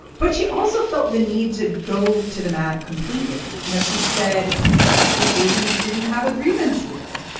but she also felt the need to go to the mat completely you know she said that asians didn't have a grievance here.